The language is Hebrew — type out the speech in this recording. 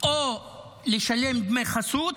או לשלם דמי חסות